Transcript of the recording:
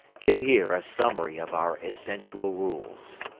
give here a summary of our essential rules.